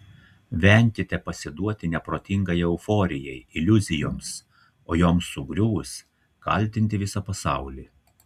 venkite pasiduoti neprotingai euforijai iliuzijoms o joms sugriuvus kaltinti visą pasaulį